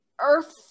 Earth